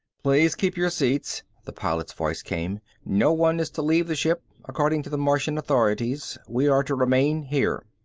please keep your seats, the pilot's voice came. no one is to leave the ship, according to the martian authorities. we are to remain here.